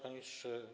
Panie Ministrze!